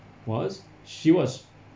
was she was